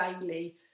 daily